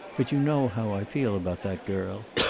but you know how i feel about that girl.